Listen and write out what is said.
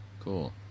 Cool